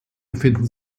befinden